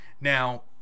Now